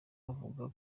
avuga